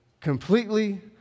completely